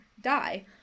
Die